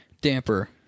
damper